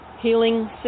Healing